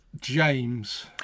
James